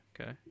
okay